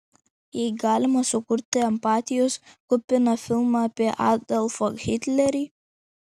jei galima sukurti empatijos kupiną filmą apie adolfą hitlerį